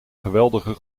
geweldige